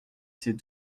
ces